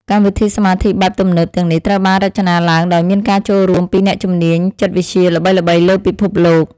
កម្មវិធីសមាធិបែបទំនើបទាំងនេះត្រូវបានរចនាឡើងដោយមានការចូលរួមពីអ្នកជំនាញចិត្តវិទ្យាល្បីៗលើពិភពលោក។